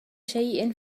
شيء